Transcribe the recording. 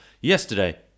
Yesterday